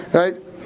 right